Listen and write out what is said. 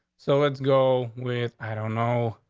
so let's go with i don't know.